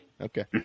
Okay